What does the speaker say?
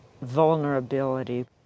vulnerability